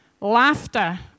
Laughter